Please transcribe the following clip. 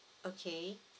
okay